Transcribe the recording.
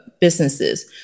businesses